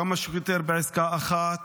כמה שיותר בעסקה אחת.